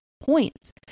points